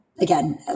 again